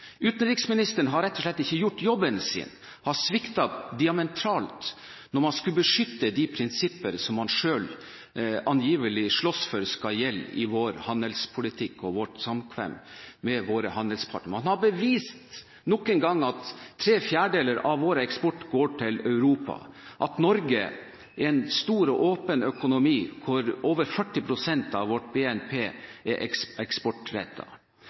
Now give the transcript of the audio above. Utenriksministeren har rett og slett ikke gjort jobben sin: Han sviktet diametralt når man skulle beskytte de prinsipper som man selv angivelig slåss for skal gjelde i vår handelspolitikk og vårt samkvem med våre handelspartnere. Man har bevist nok en gang at tre fjerdedeler av vår eksport går til Europa, at Norge er en stor og åpen økonomi hvor over 40 pst. av vårt BNP er